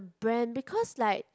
brand because like